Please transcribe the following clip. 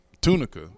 Tunica